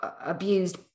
abused